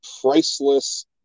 priceless